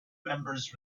members